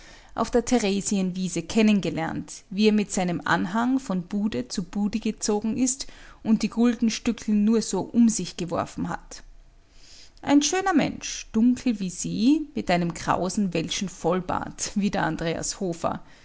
auf der theresienwiese kennen gelernt wie er mit seinem anhang von bude zu bude gezogen ist und die guldenstückeln nur so um sich geworfen hat ein schöner mensch dunkel wie sie mit einem krausen welschen vollbart wie der andreas hofer